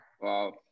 Wow